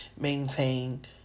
maintain